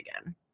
again